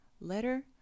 Letter